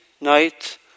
night